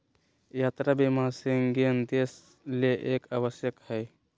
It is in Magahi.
यात्रा बीमा शेंगेन देश ले एक आवश्यक हइ